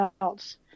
else